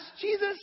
Jesus